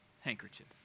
handkerchief